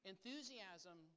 Enthusiasm